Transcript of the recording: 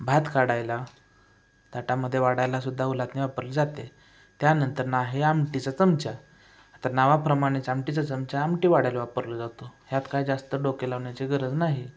भात काढायला ताटामध्ये वाढायलासुदा उलथनं वापरले जाते त्यानंतर आहे आमटीचा चमचा आता नावाप्रमाणेच आमटीचा चमच्या आमटी वाढायला वापरला जातो ह्यात काय जास्त डोके लावण्याची गरज नाही